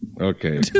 Okay